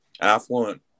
affluent